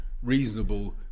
reasonable